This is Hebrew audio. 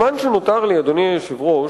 את הזמן שנותר לי, אדוני היושב-ראש,